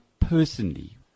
personally